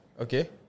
Okay